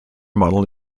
model